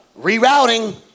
Rerouting